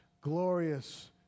glorious